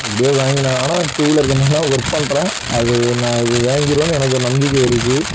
எப்படியோ வாங்கி நான் ஆனால் டூ வீலர் கம்பெனியிலதான் ஒர்க் பண்ணுறேன் அது நான் இப்போ வாங்கிடுவேன்னு எனக்கொரு நம்பிக்கை இருக்குது